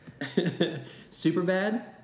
Superbad